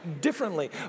Differently